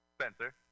Spencer